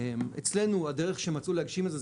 אצלנו הדרך שמצאו להגשים את זה,